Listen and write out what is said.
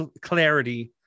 clarity